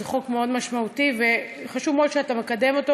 זה חוק מאוד משמעותי, וחשוב מאוד שאתה מקדם אותו.